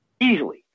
Easily